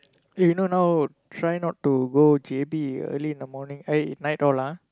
eh you know now try not to go J_B early in the morning eh night all ah